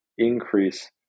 increase